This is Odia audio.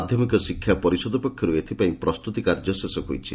ମାଧ୍ଧମିକ ଶିକ୍ଷା ପରିଷଦ ପକ୍ଷରୁ ଏଥିପାଇଁ ପ୍ରସ୍ତୁତି କାର୍ଯ୍ୟ ଶେଷ ହୋଇଛି